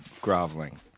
groveling